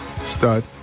Stud